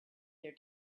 their